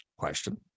Question